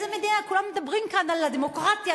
כולם מדברים כאן על הדמוקרטיה,